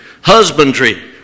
husbandry